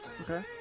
Okay